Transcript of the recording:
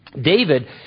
David